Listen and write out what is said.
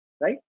right